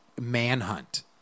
Manhunt